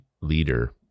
leader